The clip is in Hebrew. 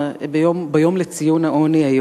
היום אנחנו מציינים את המאבק בעוני.